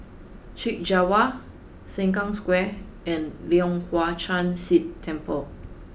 Chek Jawa Sengkang Square and Leong Hwa Chan Si Temple